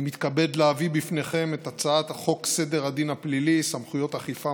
אני מתכבד להביא בפניכם את הצעת חוק סדר הדין הפלילי (סמכויות אכיפה,